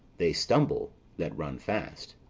they stumble that run fast.